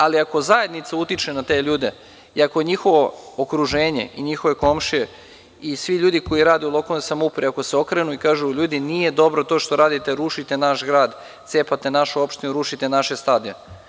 Ali, ako zajednica utiče na te ljude i ako njihovo okruženje i komšije i svi ljudi koji rade u lokalnoj samoupravi se okrenu i kažu – ljudi nije dobro to što radite, rušite naš grad, cepate našu opštinu, rušite naše stadione.